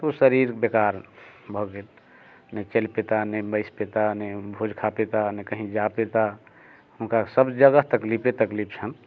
तऽ उ शरीर बेकार भऽ गेल नहि चलि पेता ने बैसि पेता ने भोज खा पेता ने कहीं जा पेता हुनका सभ जगह तकलीफे तकलीफ छनि